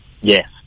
Yes